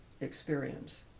experience